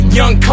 young